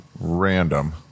random